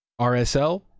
RSL